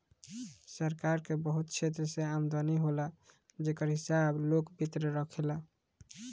सरकार के बहुत क्षेत्र से आमदनी होला जेकर हिसाब लोक वित्त राखेला